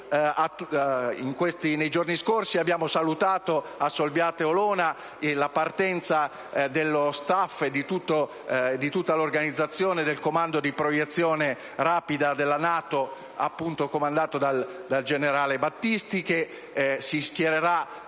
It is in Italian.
Nei giorni scorsi abbiamo salutato, a Solbiate Olona, la partenza dello *staff*, di tutta l'organizzazione del Comando di proiezione rapida della NATO, comandato dal generale Battisti, che si schiererà